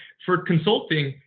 for consulting,